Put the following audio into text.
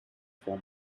for